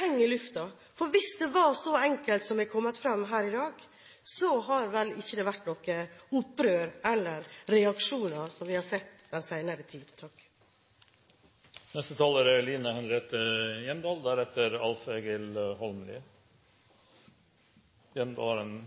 henger i luften. Hvis det var så enkelt som det har kommet fram her i dag, hadde det vel ikke vært noe opprør eller reaksjoner, som vi har sett i den senere tid. Representanten Line Henriette Hjemdal har hatt ordet to ganger tidligere og får ordet til en kort merknad,